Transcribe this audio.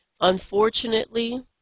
Unfortunately